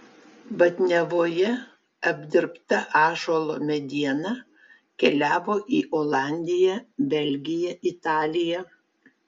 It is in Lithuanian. batniavoje apdirbta ąžuolo mediena keliavo į olandiją belgiją italiją